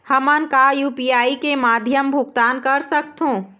हमन का यू.पी.आई के माध्यम भुगतान कर सकथों?